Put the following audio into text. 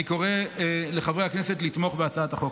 אני קורא לחברי הכנסת לתמוך בהצעת החוק.